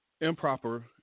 Improper